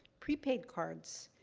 prepaid cards,